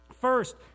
First